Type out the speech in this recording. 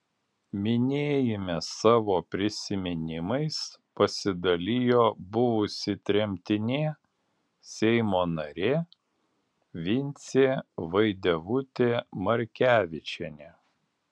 minėjime savo prisiminimais pasidalijo buvusi tremtinė seimo narė vincė vaidevutė markevičienė